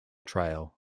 trail